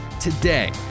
Today